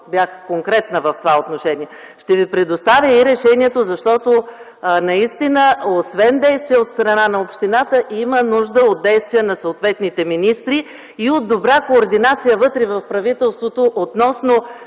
бях конкретна в това отношение, ще Ви предоставя и решението, защото наистина, освен действия от страна на общината, има нужда от действия на съответните министри и от добра координация вътре в правителството относно